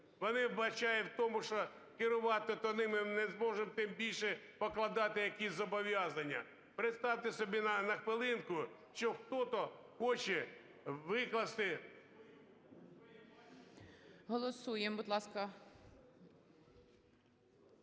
Вони вбачають в тому, що керувати то ними не зможуть, тим більше, покладати якісь зобов'язання. Представте собі на хвилинку, що кто-то хоче викласти... ГОЛОВУЮЧИЙ. Голосуємо, будь ласка.